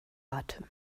atem